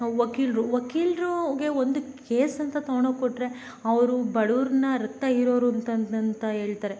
ವಕೀಲರು ವಕೀಲ್ರಿಗೆ ಒಂದು ಕೇಸ್ ಅಂತ ತೊಗೊಂಡು ಹೋಗ್ ಕೊಟ್ಟರೆ ಅವರು ಬಡವ್ರನ್ನು ರಕ್ತ ಹೀರೋರು ಅಂತಂತಂತ ಹೇಳ್ತಾರೆ